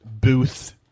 booth